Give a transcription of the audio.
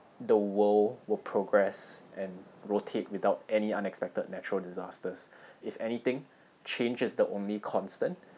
the world will progress and rotate without any unexpected natural disasters if anything change is the only constant